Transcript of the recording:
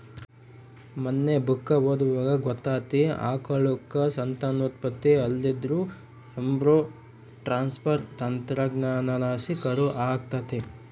ಮನ್ನೆ ಬುಕ್ಕ ಓದ್ವಾಗ ಗೊತ್ತಾತಿ, ಆಕಳುಕ್ಕ ಸಂತಾನೋತ್ಪತ್ತಿ ಆಲಿಲ್ಲುದ್ರ ಎಂಬ್ರೋ ಟ್ರಾನ್ಸ್ಪರ್ ತಂತ್ರಜ್ಞಾನಲಾಸಿ ಕರು ಆಗತ್ತೆ